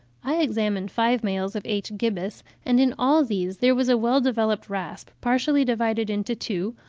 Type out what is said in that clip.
i examined five males of h. gibbus, and in all these there was a well-developed rasp, partially divided into two,